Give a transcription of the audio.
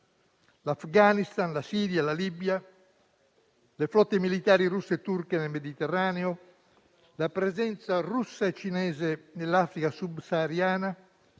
l'Afghanistan, la Siria, la Libia, le flotte militari russe e turche nel Mediterraneo, la presenza russa e cinese nell'Africa subsahariana,